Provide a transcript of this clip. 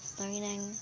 learning